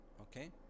Okay